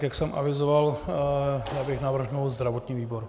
Jak jsem avizoval, já bych navrhl zdravotní výbor.